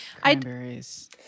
Cranberries